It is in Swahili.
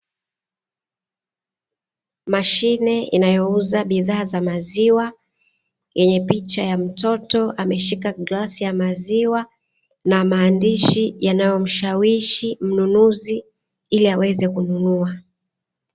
Mashine inayouza bidhaa za maziwa, yenye picha ya mtoto ameshika glass ya maziwa, na maandishi yanayomshawishi mnunuzi ili aweze kununua.